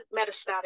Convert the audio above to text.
metastatic